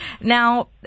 Now